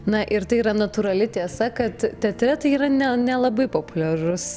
na ir tai yra natūrali tiesa kad teatre tai yra ne nelabai populiarus